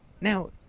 Now